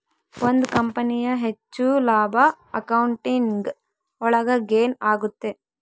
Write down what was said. ಒಂದ್ ಕಂಪನಿಯ ಹೆಚ್ಚು ಲಾಭ ಅಕೌಂಟಿಂಗ್ ಒಳಗ ಗೇನ್ ಆಗುತ್ತೆ